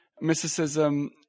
mysticism